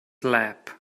lap